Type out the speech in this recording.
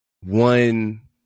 one